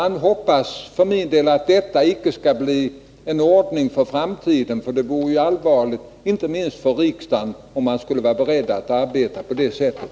Jag hoppas för min del att detta inte skall bli en ordning för framtiden. Det vore nämligen allvarligt, inte minst för riksdagen, om man skulle vara beredd att arbeta på detta sätt.